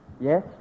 Yes